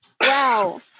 Wow